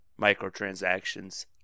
microtransactions